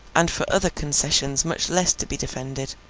and for other concessions much less to be defended,